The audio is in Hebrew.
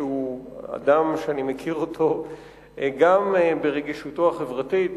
שהוא אדם שאני מכיר אותו גם ברגישותו החברתית,